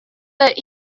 that